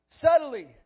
Subtly